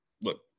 look